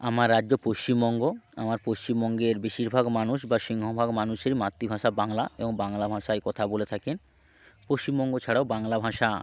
আমার রাজ্য পশ্চিমবঙ্গ আমার পশ্চিমবঙ্গের বেশিরভাগ মানুষ বা সিংহভাগ মানুষের মাতৃভাষা বাংলা এবং বাংলা ভাষায় কথা বলে থাকেন পশ্চিমবঙ্গ ছাড়াও বাংলা ভাষা